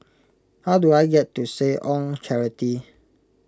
how do I get to Seh Ong Charity